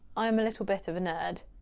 i'm a little bit of a nerd.